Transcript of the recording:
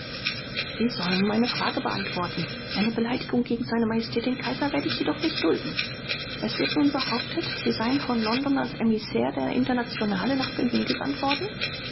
sie sollen meine frage beantworten eine beleidigung gegen se majestät den kaiser werde ich jedoch nicht dulden es wird nun behauptet sie seien von london als emissär der internationale nach berlin gesandt worden